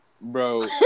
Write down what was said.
bro